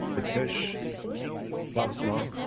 the keshe plasma